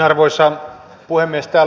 arvoisa puhemies